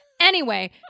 Anyway-